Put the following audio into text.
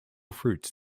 fruits